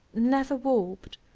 never warped.